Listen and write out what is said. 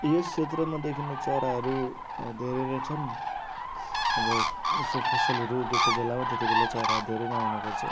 यस क्षेत्रमा देखिने चराहरू धेरै नै छन् अब यसो फसलहरू उगेको बेलामा त्यति बेला चराहरू धेरै नै आउने गर्छ